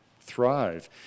thrive